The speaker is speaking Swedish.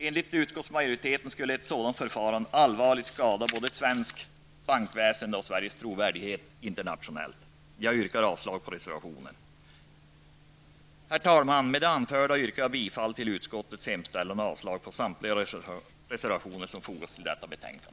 Enligt utskottsmajoriteten skulle ett sådant förfarande allvarligt skada både svenskt bankväsende och Sveriges trovärdighet internationellt. Jag yrkar avslag på reservationen. Herr talman! Med det anförda yrkar jag bifall till utskottets hemställan och avslag på samtliga reservationer som fogats till detta betänkande.